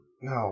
No